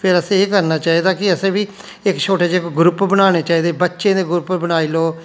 फिर असें एह् करना चाहिदा कि असें बी इक छोटा जेहा कोई ग्रुप बनाना चाहिदा बच्चें दे ग्रुप बनाई लैऔ